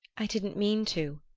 i didn't mean to,